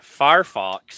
Firefox